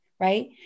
right